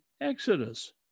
Exodus